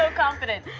ah confident.